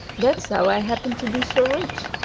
that's how i happen to be so rich!